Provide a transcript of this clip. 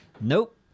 Nope